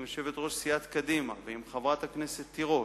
יושבת-ראש סיעת קדימה ועם חברת הכנסת תירוש: